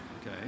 Okay